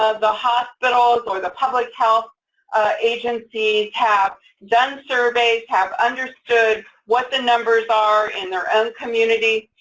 ah the hospitals or the public health agency have done surveys, have understood what the numbers are in their own community,